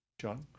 john